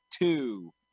two